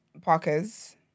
Parkers